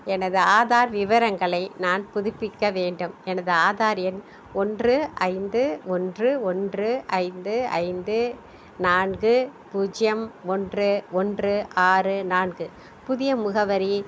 எனது ஆதார் விவரங்களை நான் புதுப்பிக்க வேண்டும் எனது ஆதார் எண் ஒன்று ஐந்து ஒன்று ஒன்று ஐந்து ஐந்து நான்கு பூஜ்ஜியம் ஒன்று ஒன்று ஆறு நான்கு புதிய முகவரி